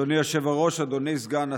אדוני היושב-ראש, אדוני סגן השר,